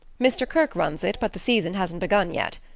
mr. kirke runs it, but the season hasn't begun yet.